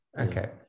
okay